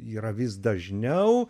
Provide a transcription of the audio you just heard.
yra vis dažniau